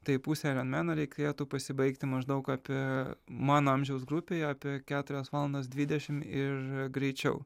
tai pusę aironmeno reikėtų pasibaigti maždaug apie mano amžiaus grupėje apie keturias valandas dvidešim ir greičiau